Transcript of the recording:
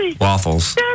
waffles